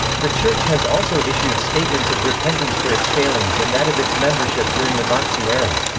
the church has also issued statements of repentance for its failings and that of its membership during the nazi era.